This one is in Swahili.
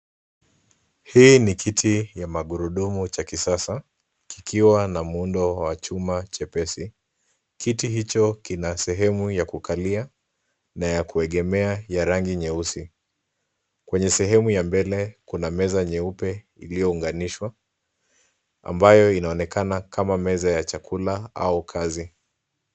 Hii ni kiti cha magurudumu cha kisasa kikiwa na muundo wa chuma chepesi. Kiti hicho kina sehemu ya kukalia na ya kuegemea ya rangi nyeusi. Kwenye sehemu ya mbele kuna meza nyeupe iliyounganishwa ambayo inaonekana kama meza ya chakula au kazi.